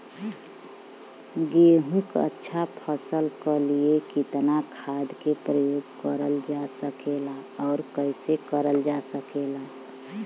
गेहूँक अच्छा फसल क लिए कितना खाद के प्रयोग करल जा सकेला और कैसे करल जा सकेला?